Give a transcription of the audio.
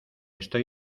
estoy